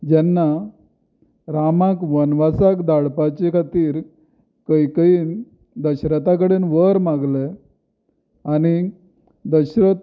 जेन्ना रामाक वनवासाक धाडपाचे खातीर कयकयीन दशरता कडेन वर मागले आनी दशरथ